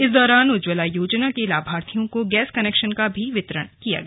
इस दौरान उज्ज्वला योजना के लाभार्थियों को गैस कनेक्शन का भी वितरण किया गया